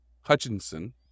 Hutchinson